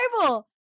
Bible